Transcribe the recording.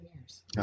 years